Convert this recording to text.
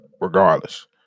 regardless